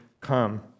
come